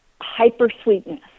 hyper-sweetness